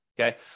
Okay